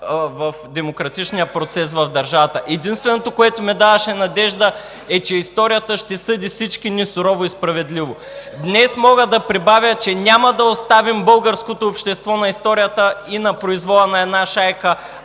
и демократичния процес в държавата. Единственото, което ми даваше надежда, е, че историята ще съди всички ни сурово и справедливо. Днес мога да прибавя, че няма да оставим българското общество на историята и на произвола на една шайка,